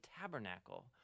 tabernacle